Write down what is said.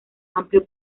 amplio